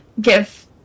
give